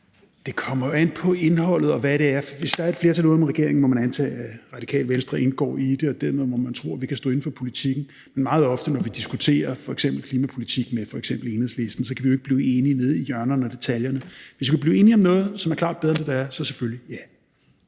Det kommer jo an på indholdet. Hvis der er et flertal uden om regeringen, må man antage, at Radikale Venstre indgår i det, og dermed må man tro, at vi kan stå inde for politikken. Men meget ofte, når vi diskuterer f.eks. klimapolitik med f.eks. Enhedslisten, kan vi jo ikke blive enige nede i hjørnerne og detaljerne. Hvis vi kan blive enige om noget, som er klart bedre end det, der er, så selvfølgelig ja.